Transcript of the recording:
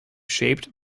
shaped